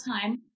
time